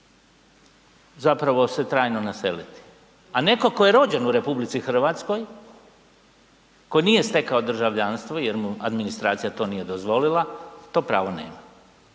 zapravo se trajno naseliti. A netko tko je rođen u RH tko nije stekao državljanstvo jer mu administracija to nije dozvola to pravo nema.